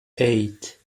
eight